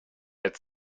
had